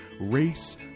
race